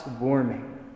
warming